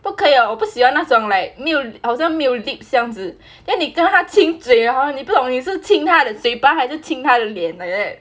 不可以啊我不喜欢那种 like 没有好像没有 lips 这样子 then 你跟他亲嘴 hor 你不懂你是亲他的嘴巴还是亲他的脸 like that